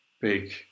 big